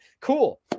Cool